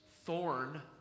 thorn